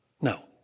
No